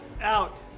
Out